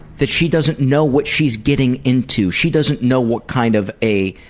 that she doesn't know what she's getting into, she doesn't know what kind of a